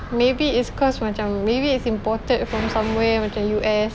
maybe it's cause macam maybe it's imported from somewhere macam U_S